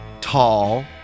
tall